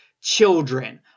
children